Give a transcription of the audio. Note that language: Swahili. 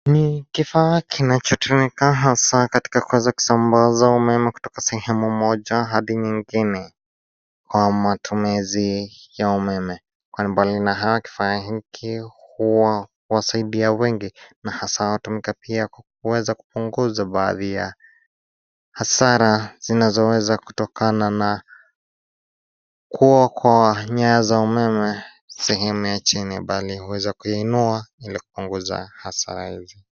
Ni kifaa kinachotoka hasa katika usambaza umeme kutoka sehemu moja hadi nyingine kwa matumizi ya umeme. Mbali na hayo kifaa hiki huwasaidia wengi na hasaa pia huweza kupunguza baadhi ya hasara zinazoweza kutokana na kuwa kwa nyaya za umeme sehemu ya chini bali huweza kuyainua ili kupunguza hasari hizi.